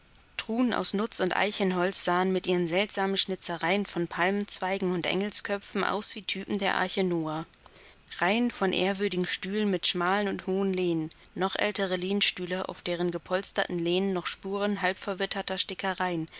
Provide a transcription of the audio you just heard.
aus nuß und eichenholz sahen mit ihren seltsamen schnitzereien von palmenzweigen und engelsköpfen aus wie die typen der arche noäh reihen von ehrwürdigen stühlen mit schmalen und hohen lehnen noch ältere lehnstühle auf deren gepolsterten lehnen noch spuren halbverwitterter stickereien